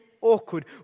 awkward